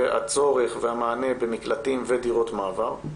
והצורך והמענה במקלטים ודירות מעבר,